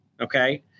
okay